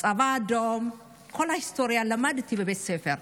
הצבא האדום, את כל ההיסטוריה למדתי בבית הספר,